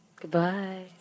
Goodbye